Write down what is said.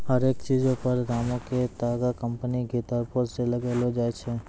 हरेक चीजो पर दामो के तागा कंपनी के तरफो से लगैलो जाय छै